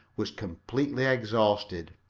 was completely exhausted.